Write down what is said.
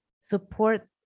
support